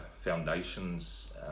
foundations